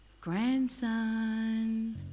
grandson